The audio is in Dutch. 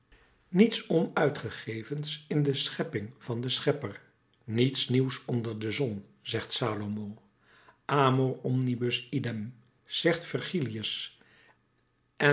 niets onuitgegevens in de schepping van den schepper niets nieuws onder de zon zegt salomo amor omnibus idem zegt virgilius